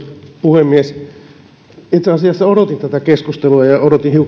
puhemies itse asiassa odotin tätä keskustelua ja odotin hiukan vilkkaampaakin